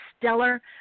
stellar